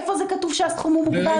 איפה כתוב שהסכום מוגבל בכסף?